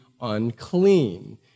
unclean